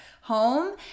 home